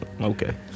Okay